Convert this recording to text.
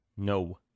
no